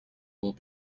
will